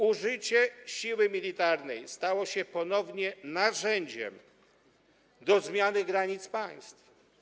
Użycie siły militarnej stało się ponownie narzędziem do zmiany granic państw.